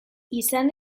izan